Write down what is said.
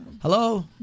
Hello